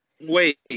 Wait